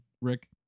Rick